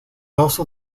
also